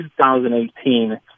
2018